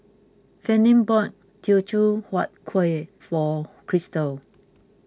Fannye bought Teochew Huat Kueh for Christal